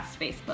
Facebook